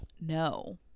No